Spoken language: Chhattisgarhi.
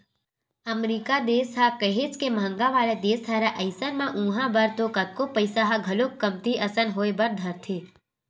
अमरीका देस ह काहेच के महंगा वाला देस हरय अइसन म उहाँ बर तो कतको पइसा ह घलोक कमती असन होय बर धरथे